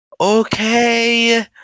Okay